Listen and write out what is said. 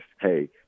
hey